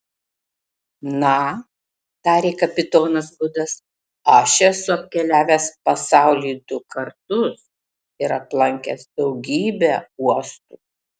na tarė kapitonas gudas aš esu apkeliavęs pasaulį du kartus ir aplankęs daugybę uostų